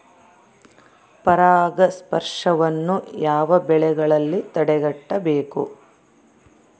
ಪರಾಗಸ್ಪರ್ಶವನ್ನು ಯಾವ ಬೆಳೆಗಳಲ್ಲಿ ತಡೆಗಟ್ಟಬೇಕು?